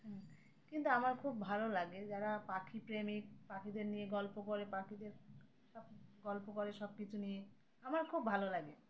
হুম কিন্তু আমার খুব ভালো লাগে যারা পাখি প্রেমিক পাখিদের নিয়ে গল্প করে পাখিদের সব গল্প করে সব কিছু নিয়ে আমার খুব ভালো লাগে